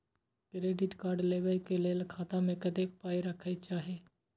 Credit card लेबै के लेल खाता मे कतेक पाय राखै के चाही?